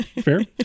fair